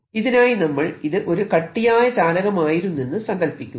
ഇതിനായി നമ്മൾ ഇത് ഒരു കട്ടിയായ ചാലകമായിരുന്നെന്നു സങ്കൽപ്പിക്കുക